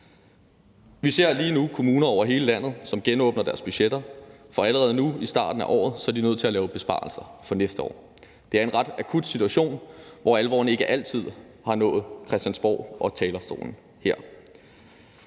Vi ser lige nu kommuner over hele landet, som genåbner deres budgetter, for allerede nu i starten af året er de nødt til at lave besparelser for næste år. Det er en ret akut situation, hvor alvoren ikke altid har nået Christiansborg og talerstolen her.